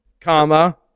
Comma